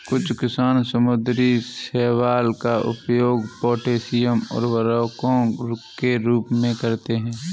कुछ किसान समुद्री शैवाल का उपयोग पोटेशियम उर्वरकों के रूप में करते हैं